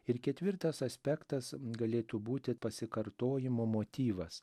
ir ketvirtas aspektas galėtų būti pasikartojimo motyvas